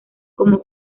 como